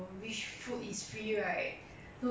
but ya but you imagine ah 那些